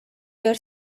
your